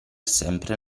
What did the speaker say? sempre